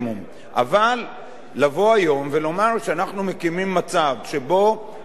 לבוא היום ולומר שאנחנו מקימים מצב שבו אחוזים גבוהים עוברים על החוק,